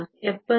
03 x 1023m 3